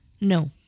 No